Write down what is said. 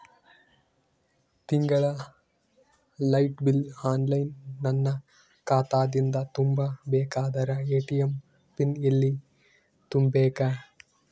ತಿಂಗಳ light bill online ನನ್ನ ಖಾತಾ ದಿಂದ ತುಂಬಾ ಬೇಕಾದರ ಎ.ಟಿ.ಎಂ ಪಿನ್ ಎಲ್ಲಿ ತುಂಬೇಕ?